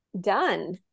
done